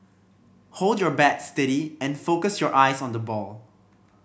hold your bat steady and focus your eyes on the ball